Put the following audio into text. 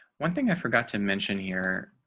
one thing i forgot to mention here,